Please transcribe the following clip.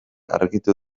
argitu